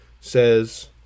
says